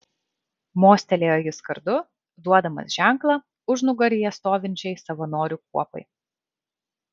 mostelėjo jis kardu duodamas ženklą užnugaryje stovinčiai savanorių kuopai